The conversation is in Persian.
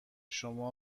شما